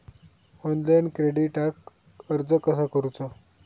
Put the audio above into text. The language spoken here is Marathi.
ऑनलाइन क्रेडिटाक अर्ज कसा करुचा?